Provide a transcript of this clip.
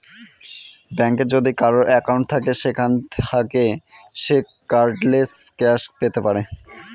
ব্যাঙ্কে যদি কারোর একাউন্ট থাকে সেখান থাকে সে কার্ডলেস ক্যাশ পেতে পারে